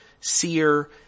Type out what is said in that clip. seer